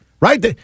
Right